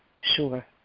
Sure